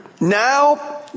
Now